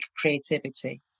creativity